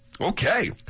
Okay